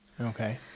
Okay